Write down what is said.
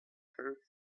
perfect